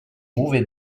mauvais